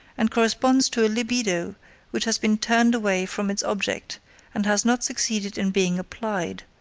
and corresponds to a libido which has been turned away from its object and has not succeeded in being applied.